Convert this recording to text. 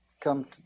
come